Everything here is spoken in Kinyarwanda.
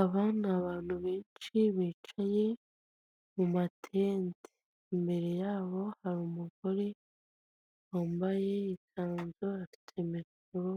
Aba ni abantu benshi bicaye mu matente, imbere yabo hari umugore wambaye ikanzu afite mikoro